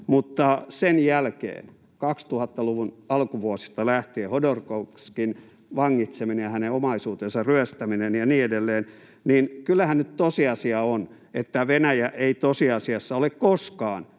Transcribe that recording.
mutta ei sen jälkeen, 2000-luvun alkuvuosista lähtien — Hodorkovskin vangitseminen ja hänen omaisuutensa ryöstäminen ja niin edelleen. Kyllähän tosiasia on, että Venäjä ei tosiasiassa ole koskaan